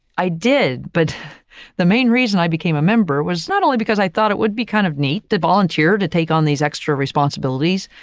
i did, but the main reason i became a member was not only because i thought it would be kind of neat to volunteer to take on these extra responsibilities,